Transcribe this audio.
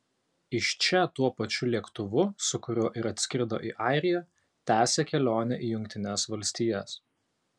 iš čia tuo pačiu lėktuvu su kuriuo ir atskrido į airiją tęsia kelionę į jungtines valstijas